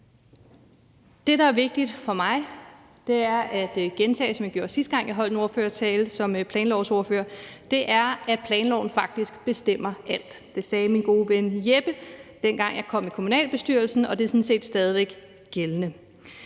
Det, der er vigtigt for mig at sige, er, som jeg også gjorde sidste gang, jeg holdt en ordførertale som planlovsordfører, at planloven faktisk bestemmer alt. Det sagde min gode ven Jeppe, dengang jeg kom i kommunalbestyrelsen, og det er sådan set stadig væk gældende.